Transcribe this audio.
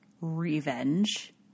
revenge